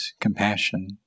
compassion